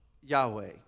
Yahweh